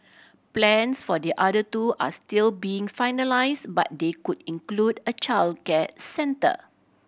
plans for the other two are still being finalised but they could include a childcare centre